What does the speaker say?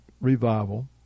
revival